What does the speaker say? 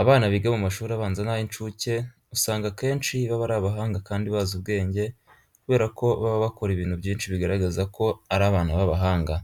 Abana biga mu mashuri abanza n'ay'incuke usanga akenshi baba ari abahanga kandi bazi ubwenge kubera ko baba bakora ibintu byinshi bigaragaza ko ari abana b'abahanga.